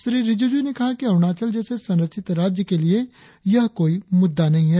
श्री रिजिजू ने कहा है कि अरुणाचल जैसे संरक्षित राज्य के लिए यह कोई मुद्दा नहीं है